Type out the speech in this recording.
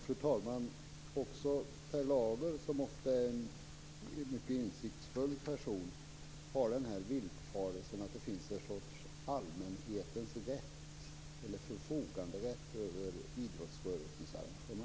Fru talman! Också Per Lager, som i mycket är en insiktsfull person, har den villfarelsen att det finns en sorts förfoganderätt för allmänheten över idrottsrörelsens arrangemang.